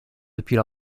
depuis